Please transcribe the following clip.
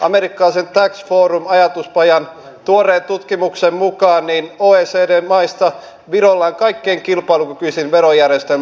amerikkalaisen tax forum ajatuspajan tuoreen tutkimuksen mukaan oecd maista virolla on kaikkein kilpailukykyisin verojärjestelmä